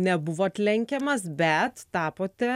nebuvot lenkiamas bet tapote